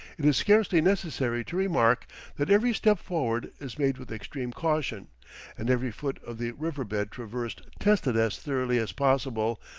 it is scarcely necessary to remark that every step forward is made with extreme caution and every foot of the riverbed traversed tested as thoroughly as possible,